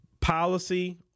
policy